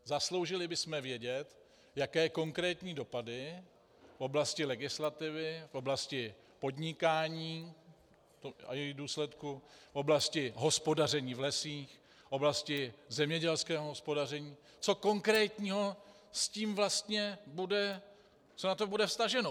Zasloužili bychom si vědět, jaké konkrétní dopady v oblasti legislativy, v oblasti podnikání a jejích důsledků, v oblasti hospodaření v lesích, v oblasti zemědělského hospodaření, co konkrétního tím vlastně bude co na to bude vztaženo.